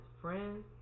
friends